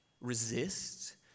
resist